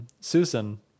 Susan